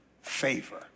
favor